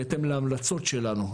בהתאם להמלצות שלנו,